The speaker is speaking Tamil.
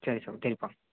சரி ஸோ சரிப்பா